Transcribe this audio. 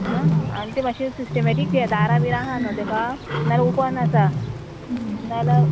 आं आनी ते मात्शें सिस्टमॅटीक दियात दारा बी आहा न्हू तेका नाल्यार ओपन आसा नाल्या